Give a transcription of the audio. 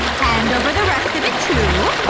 hand over the rest of it, too.